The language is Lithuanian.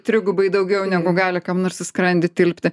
trigubai daugiau negu gali kam nors į skrandį tilpti